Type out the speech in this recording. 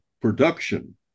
production